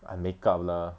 I makeup lah